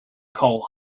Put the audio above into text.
coal